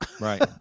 Right